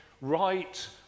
right